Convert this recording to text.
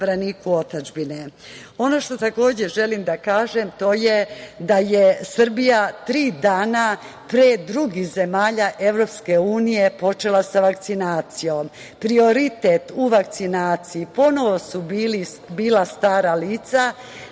to je da je Srbija tri dana pre drugih zemalja EU počela sa vakcinacijom. Prioritet u vakcinaciji ponovo su bila stara lica